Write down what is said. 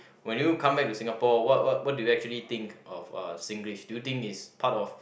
when you come back to Singapore what what what do you actually think of uh Singlish do you think is part of